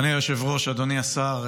אדוני היושב-ראש, אדוני השר.